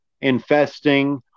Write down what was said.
infesting